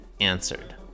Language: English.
answered